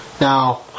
Now